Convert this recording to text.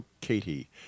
Katie